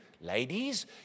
Ladies